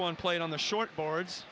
one play on the short boards